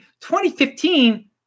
2015